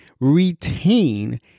retain